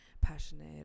passionate